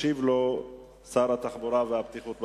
ישיב לו שר התחבורה והבטיחות בדרכים.